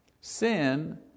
Sin